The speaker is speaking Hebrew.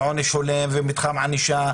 ענישת